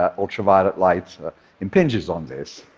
ah ultraviolet light impinges on this.